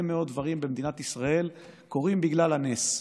מאוד דברים במדינת ישראל קורים בגלל הנס.